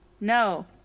no